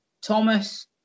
Thomas